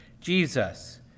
Jesus